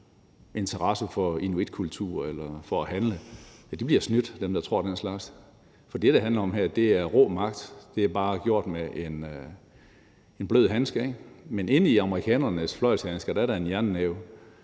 interesse for inuitkultur eller for at handle, bliver snydt. For det, det handler om her, er rå magt. Det er bare gjort med en blød handske, ikke? Men inden i amerikanernes fløjlshandsker er der en jernnæve,